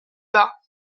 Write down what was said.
bas